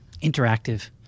Interactive